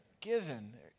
given